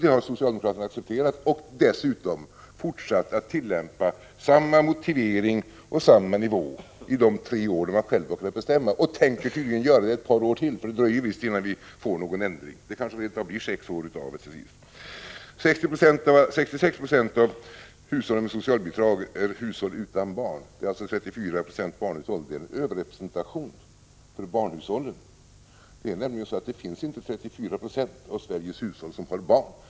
Det har socialdemokraterna accepterat och dessutom fortsatt att tillämpa samma motivering och samma nivå i de tre år då de själva har fått bestämma. De tänkter tydligen göra det ett par år till, för det dröjer visst innan vi får någon ändring. Det kanske hinner bli sex år. 66 70 av hushållen med socialbidrag är hushåll utan barn. Det är alltså 34 90 barnhushåll. Detta innebär en överrepresentation för barnhushållen. Det är nämligen så att det inte är 34 26 av Sveriges hushåll som har barn.